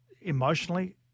emotionally